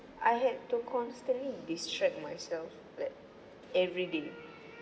I had to constantly distract myself like every day